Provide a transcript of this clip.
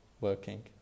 working